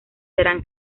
serán